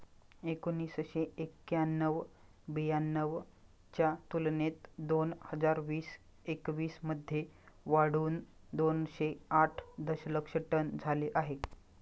एकोणीसशे एक्क्याण्णव ब्याण्णव च्या तुलनेत दोन हजार वीस एकवीस मध्ये वाढून दोनशे आठ दशलक्ष टन झाले आहे